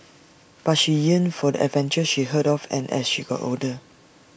but she yearned for the adventures she heard of and as she got older